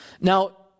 Now